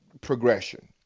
progression